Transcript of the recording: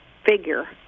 figure